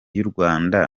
y’urwanda